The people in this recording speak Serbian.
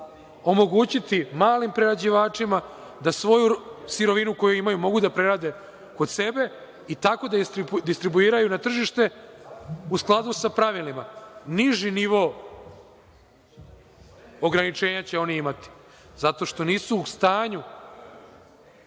omogućiti malim prerađivačima da svoju sirovinu koju imaju mogu da prerade kod sebe i tako da distribuiraju na tržište u skladu sa pravilima. Niži nivo ograničenja će oni imati zato što nisu u stanju,